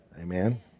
Amen